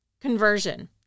Conversion